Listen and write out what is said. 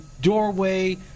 doorway